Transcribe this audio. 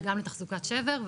וגם לתחזוקת שבר,